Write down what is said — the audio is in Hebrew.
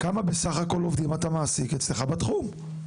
כמה בסך הכול עובדים אתה מעסיק אצלך בתחום.